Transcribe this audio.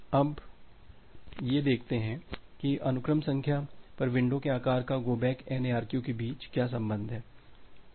अब यह देखते हैं कि अनुक्रम संख्या पर विंडो के आकार का गो बैक N ARQ के बीच क्या संबंध है